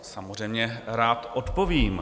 Samozřejmě rád odpovím.